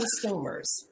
consumers